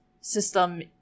system